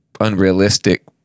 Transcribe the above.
unrealistic